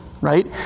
right